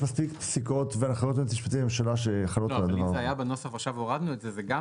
זה היה בנוסח, אבל עכשיו הורדנו את זה.